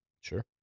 Sure